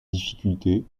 difficultés